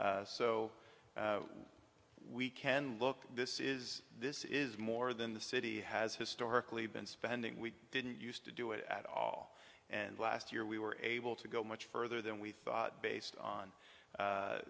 so we can look this is this is more than the city has historically been spending we didn't used to do it at all and last year we were able to go much further than we thought based on